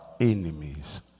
enemies